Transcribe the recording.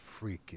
freaking